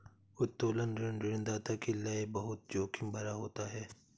उत्तोलन ऋण ऋणदाता के लये बहुत जोखिम भरा होता है